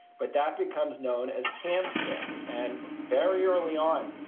but that becomes known as cam scam. and very early on,